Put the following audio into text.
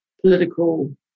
political